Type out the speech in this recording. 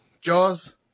Jaws